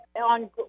on